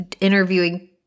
interviewing